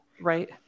Right